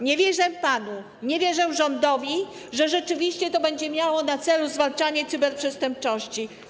Nie wierzę panu, nie wierzę rządowi, że rzeczywiście to będzie miało na celu zwalczanie cyberprzestępczości.